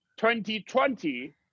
2020